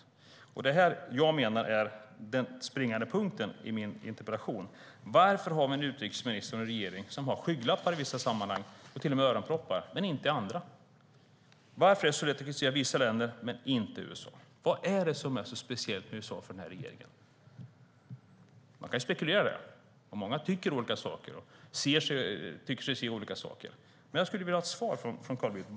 Det är detta som jag menar är den springande punkten i min interpellation: Varför har vi en utrikesminister och en regering som har skygglappar, och till och med öronproppar, i vissa sammanhang men inte i andra? Varför är det så lätt att kritisera vissa länder men inte USA? Vad är det som är så speciellt med USA för den här regeringen? Man kan spekulera i det. Många tycker olika saker och tycker sig se olika saker. Jag skulle vilja ha ett svar från Carl Bildt.